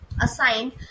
assigned